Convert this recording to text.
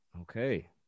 Okay